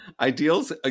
ideals